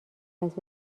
است